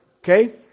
Okay